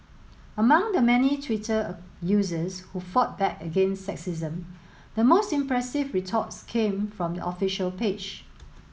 among the many Twitter users who fought back against sexism the most impressive retorts came from the official page